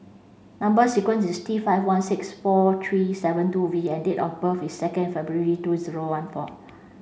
number sequence is T five one six four three seven two V and date of birth is second February two zero one four